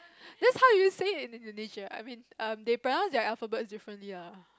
that's how you say it in Indonesia I mean um they pronounce their alphabets differently lah